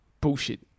bullshit